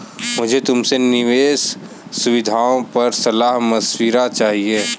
मुझे तुमसे निवेश सुविधाओं पर सलाह मशविरा चाहिए